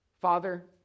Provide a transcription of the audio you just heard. Father